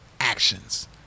actions